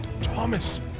Thomas